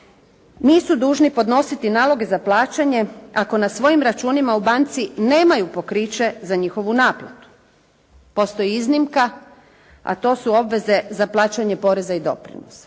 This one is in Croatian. nisu dužni podnositi naloge za plaćanje, ako na svojim računima u banci nemaju pokriće za njihovu naplatu. Postoji iznimka, a to su obveze za plaćanje poreza i doprinosa.